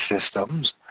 systems